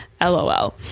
lol